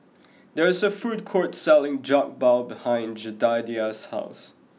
there is a food court selling Jokbal behind Jedediah's house